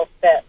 fit